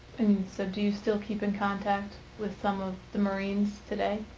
and so do you still keep in contact with some of the marines today?